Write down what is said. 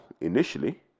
initially